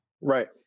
Right